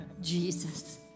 Jesus